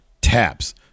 taps